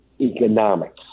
economics